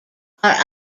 are